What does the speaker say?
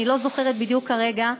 אני לא זוכרת בדיוק כרגע,